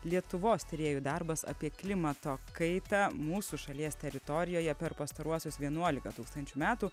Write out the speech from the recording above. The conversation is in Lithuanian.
lietuvos tyrėjų darbas apie klimato kaitą mūsų šalies teritorijoje per pastaruosius vienuoliką tūkstančių metų